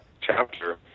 chapter